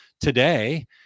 today